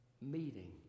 meeting